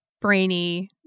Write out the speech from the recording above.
Brainy